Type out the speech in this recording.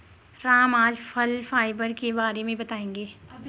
राम आज फल फाइबर के बारे में बताएँगे